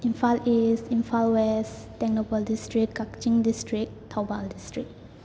Imphal east Imphal west Tengnoupal district Kakching district Thoubal district